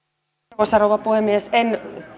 arvoisa rouva puhemies en